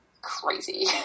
crazy